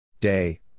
Day